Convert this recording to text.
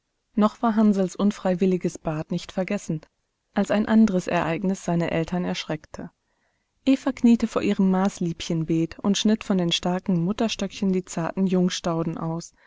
noch war hansls unfreiwilliges bad nicht vergessen als ein anderes ereignis seine eltern erschreckte eva kniete vor ihrem maßliebchenbeet und schnitt von den starken mutterstöcken die zarten jungstauden aus